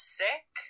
sick